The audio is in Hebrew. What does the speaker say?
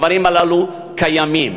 הדברים הללו קיימים.